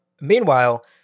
meanwhile